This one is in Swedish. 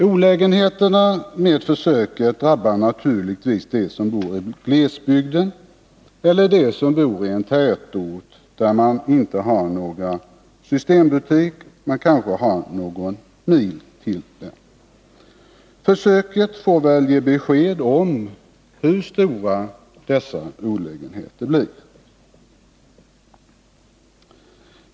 Olägenheterna med försöket drabbar naturligtvis dem som bor i glesbygd och dem som bor i en tätort, där man kanske har några mil till närmaste systembutik. Försöket får väl ge besked om hur stora dessa olägenheter blir.